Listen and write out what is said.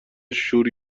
شور